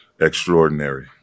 extraordinary